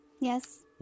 yes